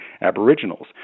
aboriginals